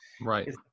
Right